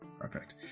Perfect